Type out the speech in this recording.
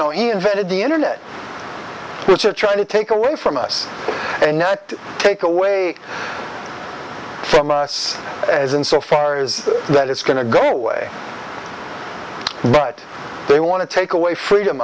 know he invented the net which are trying to take away from us and not take away from us as in so far is that it's going to go away but they want to take away freedom